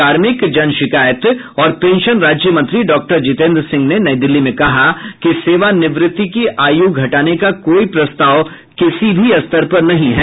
कार्मिक जन शिकायत और पेंशन राज्य मंत्री डॉक्टर जितेन्द्र सिंह ने नई दिल्ली में कहा कि सेवानिवृत्ति की आयू घटाने का कोई प्रस्ताव किसी भी स्तर पर नहीं है